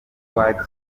wakira